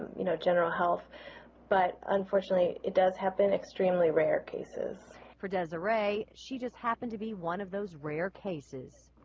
you know general health but unfortunately it does happen extremely rare cases for deseret eight she just happen to be one of those rare cases